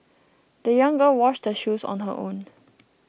the young girl washed her shoes on her own